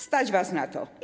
Stać was na to.